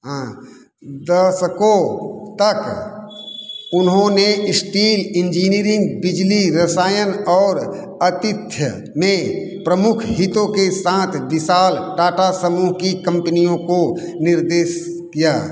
हां दशकों तक उन्होंने स्टील इंजीनियरिंग बिजली रसायन और आतिथ्य में प्रमुख हितों के साथ विशाल टाटा समूह की कंपनियों को निर्देशित किया